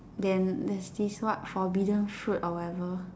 then there's this what forbidden fruit or whatever